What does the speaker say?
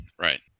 Right